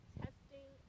testing